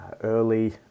early